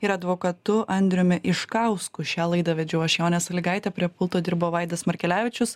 ir advokatu andriumi iškausku šią laidą vedžiau aš jonė salygaitė prie pulto dirbo vaidas markelevičius